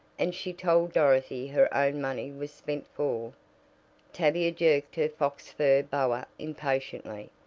and she told dorothy her own money was spent for tavia jerked her fox fur boa impatiently.